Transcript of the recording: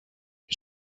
you